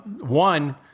one